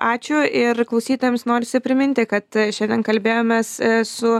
ačiū ir klausytojams norisi priminti kad šiandien kalbėjomės su